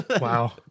Wow